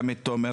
גם את תומר,